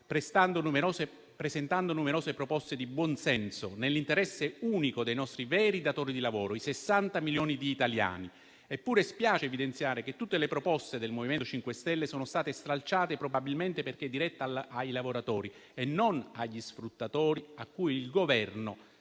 presentando numerose proposte di buonsenso nell'interesse unico dei nostri veri datori di lavoro: i 60 milioni di italiani. Eppure spiace evidenziare che tutte le proposte del MoVimento 5 Stelle sono state stralciate probabilmente perché dirette ai lavoratori e non agli sfruttatori a cui il Governo